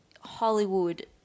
Hollywood